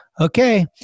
Okay